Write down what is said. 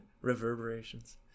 reverberations